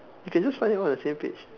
you can just find them all on the same page